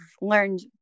learned